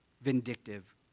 vindictive